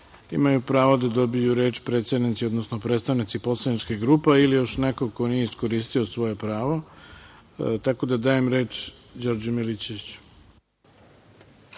imaju pravo da dobiju reč predsednici, odnosno predstavnici poslaničkih grupa ili još neko ko nije iskoristio svoje pravo. Dajem reč Đorđu Milićeviću.